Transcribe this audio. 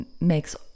makes